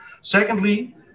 Secondly